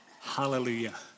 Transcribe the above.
Hallelujah